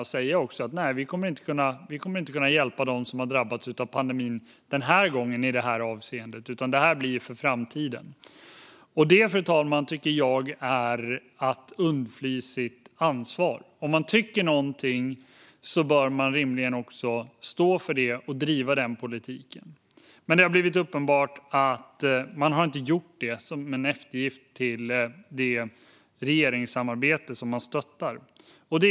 Man har sagt: Nej, vi kommer inte att kunna hjälpa dem som har drabbats av pandemin den här gången i det här avseendet. Det här blir för framtiden. Det, fru talman, tycker jag är att undfly sitt ansvar. Om man tycker någonting bör man rimligen också stå för det och driva den politiken. Men det har blivit uppenbart att man som en eftergift till det regeringssamarbete man stöttar valt att inte göra det.